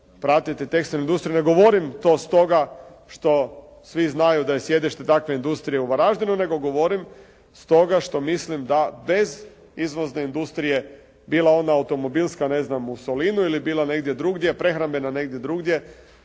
pratiti tekstilnu industriju. Ne govorim to stoga što svi znaju da je sjedište dakle industrije u Varaždinu nego govorim stoga što mislim da bez izvozne industrije bila ona automobilska, ne znam, u Solinu ili bila negdje drugdje, prehrambena negdje drugdje,